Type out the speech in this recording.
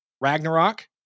Ragnarok